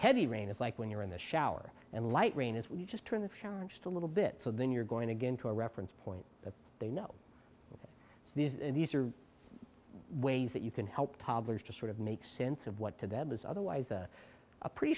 heavy rain it's like when you're in the shower and light rain is what you just turn the challenge to a little bit so then you're going to get into a reference point but they know these are ways that you can help toddlers to sort of make sense of what to them is otherwise a pretty